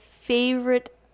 favorite